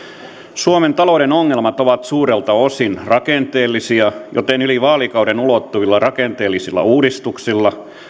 suomen talouden ongelmat ovat suurelta osin rakenteellisia joten yli vaalikauden ulottuvilla rakenteellisilla uudistuksilla